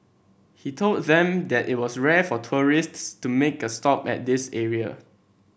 he told them that it was rare for tourists to make a stop at this area